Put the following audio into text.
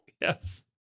Yes